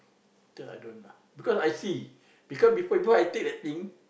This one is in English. I don't lah because I see because before I take that thing